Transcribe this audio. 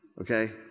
Okay